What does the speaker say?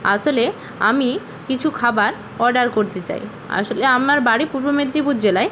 আসলে আমি কিছু খাবার অর্ডার করতে চাই আসলে আমার বাড়ি পূর্ব মেদিনীপুর জেলায়